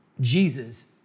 Jesus